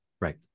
Right